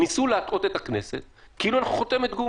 ניסו להטעות את הכנסת כאילו אנחנו חותמת גומי.